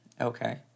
Okay